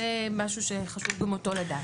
זה משהו שחשוב גם אותו לדעת.